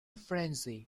frenzy